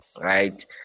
right